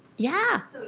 yeah! so